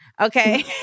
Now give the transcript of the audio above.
okay